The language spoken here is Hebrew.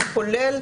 ככולל,